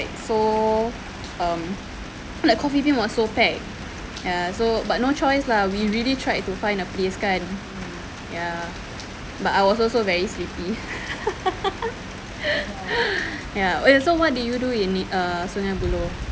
so um like coffee bean was so packed ya so but no choice lah we really tried to find a place kan ya but I was also very sleepy ya so what do you do in the err sungei buloh